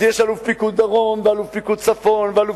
אז יש אלוף פיקוד דרום ואלוף פיקוד צפון ואלוף